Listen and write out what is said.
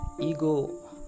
Ego